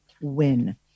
win